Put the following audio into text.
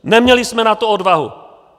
Neměli jsme na to odvahu.